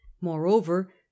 Moreover